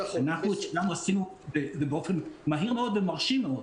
אנחנו את שלנו עשינו ובאופן מהיר מאוד ומרשים מאוד.